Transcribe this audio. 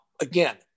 again